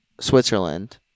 Switzerland